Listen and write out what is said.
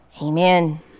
Amen